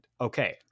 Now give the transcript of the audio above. Okay